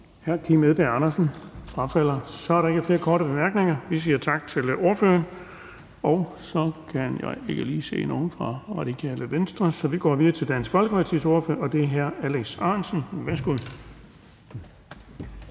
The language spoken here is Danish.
Hr. Kim Edberg Andersen? Man frafalder. Så er der ikke flere korte bemærkninger. Vi siger tak til ordføreren, og jeg kan ikke lige se nogen ordfører fra Radikale Venstre her i salen, så vi går videre til Dansk Folkepartis ordfører, hr. Alex Ahrendtsen. Værsgo.